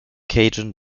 cajun